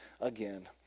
again